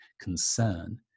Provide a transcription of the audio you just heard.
concern